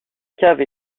cave